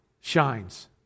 shines